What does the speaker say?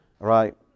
Right